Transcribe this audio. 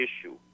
issue